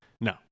no